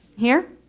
here